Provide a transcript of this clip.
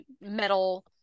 metal